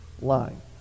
line